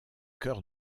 cœur